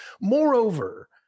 Moreover